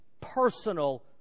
personal